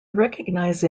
recognize